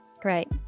great